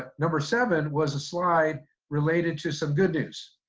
ah number seven was a slide related to some good news.